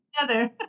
together